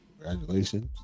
Congratulations